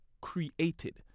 created